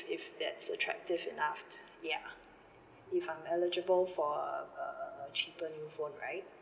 if that's attractive enough ya if I'm eligible for a a a cheaper new phone right